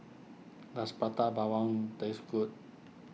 does Prata Bawang taste good